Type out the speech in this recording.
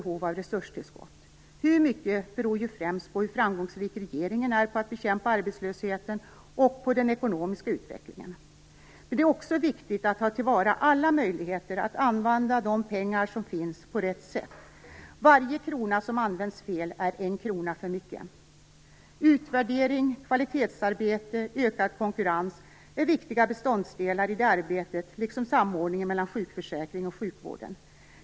Hur mycket beror främst på hur framgångsrik regeringen är på att bekämpa arbetslösheten och på den ekonomiska utvecklingen. Det är också viktigt att ta till vara alla möjligheter att använda de pengar som finns på rätt sätt. Varje krona som används fel är en krona för mycket. Utvärdering, kvalitetsarbete och ökad konkurrens är viktiga beståndsdelar i det arbetet, liksom samordningen mellan sjukförsäkringen och sjukvården.